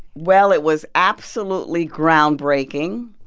well, it was absolutely groundbreaking.